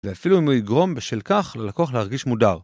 ואפילו אם הוא יגרום בשל כך ללקוח להרגיש מודר.